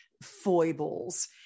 foibles